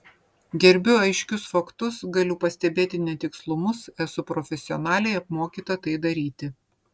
gerbiu aiškius faktus galiu pastebėti netikslumus esu profesionaliai apmokyta tai daryti